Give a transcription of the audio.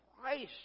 Christ